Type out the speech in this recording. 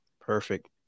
Perfect